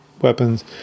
weapons